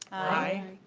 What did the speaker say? aye.